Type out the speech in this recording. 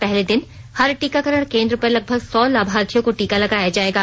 पहले दिन हर टीकाकरण केंद्र पर लगभग सौ लाभार्थियों को टीका लगाया जाएगा